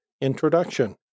Introduction